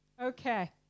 Okay